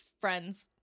friend's